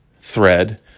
thread